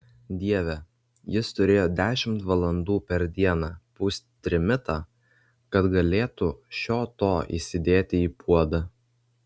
dieve jis turėjo dešimt valandų per dieną pūst trimitą kad galėtų šio to įsidėti į puodą